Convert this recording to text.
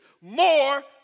more